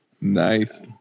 Nice